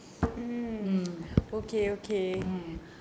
mm mm